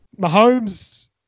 Mahomes